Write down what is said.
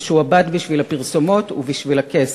משועבד בשביל הפרסומות ובשביל הכסף".